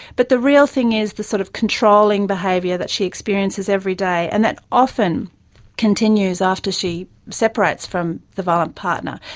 but the real thing is the sort of controlling behaviour that she experiences every day, and that often continues after she separates from the violent partner.